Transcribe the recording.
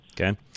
Okay